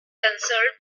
canceled